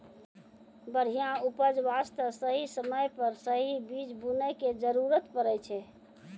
बढ़िया उपज वास्तॅ सही समय पर सही बीज बूनै के जरूरत पड़ै छै